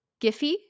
Giphy